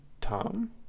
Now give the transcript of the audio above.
Tom